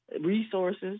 resources